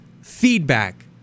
feedback